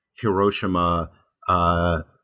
Hiroshima